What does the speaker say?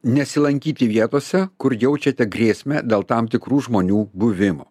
nesilankyti vietose kur jaučiate grėsmę dėl tam tikrų žmonių buvimo